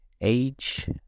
Age